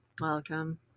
Welcome